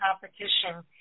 competition